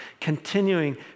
continuing